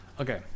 Okay